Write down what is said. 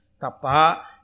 tapa